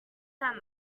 down